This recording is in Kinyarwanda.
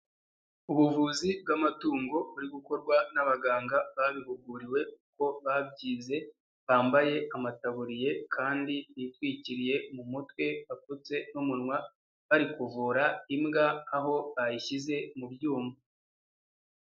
Ubuvuzi bw'amatungo buri gukorwa n'abaganga babihuguriwe uko babyize, bambaye amataburiya kandi bitwikiriye mu mutwe apfutse n'umunwa, bari kuvura imbwa aho bayishyize mu byuma.